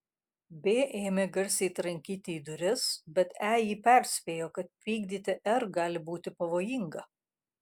b ėmė garsiai trankyti į duris bet e jį perspėjo kad pykdyti r gali būti pavojinga